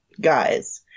guys